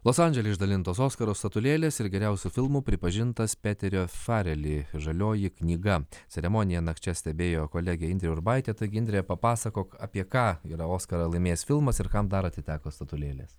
los andžele išdalintos oskarų statulėlės ir geriausiu filmu pripažintas peterio fareli žalioji knyga ceremoniją nakčia stebėjo kolegė indrė urbaitė taigi indre papasakok apie ką yra oskarą laimėjęs filmas ir kam dar atiteko statulėlės